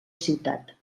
ciutat